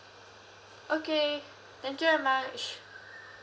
okay thank you very much